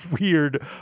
weird